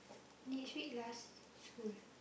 next week last school